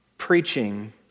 Preaching